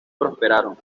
prosperaron